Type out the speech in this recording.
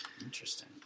Interesting